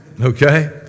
Okay